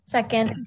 Second